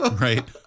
right